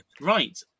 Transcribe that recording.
right